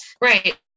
Right